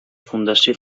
fundació